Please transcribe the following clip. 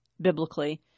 biblically